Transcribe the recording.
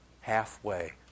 halfway